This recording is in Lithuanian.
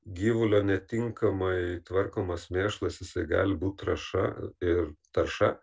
gyvulio netinkamai tvarkomas mėšlas jisai gali būt trąša ir tarša